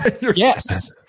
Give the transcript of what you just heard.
Yes